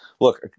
look